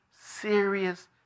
serious